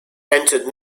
entered